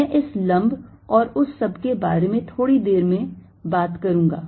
मैं इस लंब और उस सब के बारे में थोड़ी देर बाद बात करूंगा